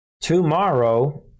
tomorrow